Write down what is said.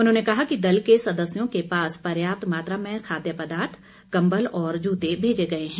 उन्होंने कहा कि दल के सदस्यों के पास पर्याप्त मात्रा में खाद्य पदार्थ कम्बल और जूते भेजे गए हैं